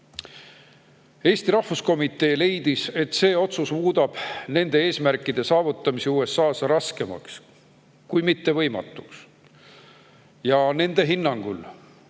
Eesti rahvuskomitee leidis, et see otsus muudab nende eesmärkide saavutamise USA‑s raskemaks, kui mitte võimatuks. Nende hinnangul